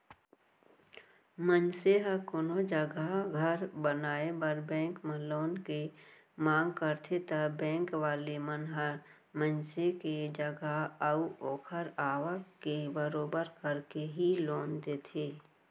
मनसे ह कोनो जघा घर बनाए बर बेंक म लोन के मांग करथे ता बेंक वाले मन ह मनसे के जगा अऊ ओखर आवक के बरोबर करके ही लोन देथे